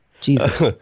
Jesus